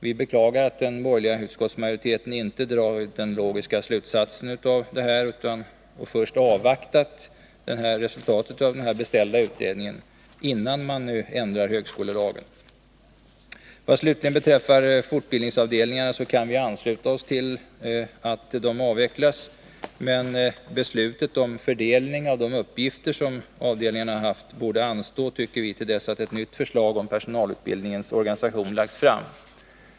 Vi beklagar att den borgerliga utskottsmajoriteten inte har dragit den logiska slutsatsen av detta och först avvaktat resultaten av den beställda utredningen innan man ändrar högskolelagen. Vad slutligen beträffar fortbildningsavdelningarna kan vi ansluta oss till förslaget att de avvecklas, men beslutet om fördelning av de uppgifter som avdelningarna haft borde anstå till dess ett nytt förslag om personalutbildningens organisation lagts fram.